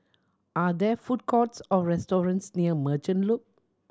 are there food courts or restaurants near Merchant Loop